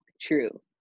true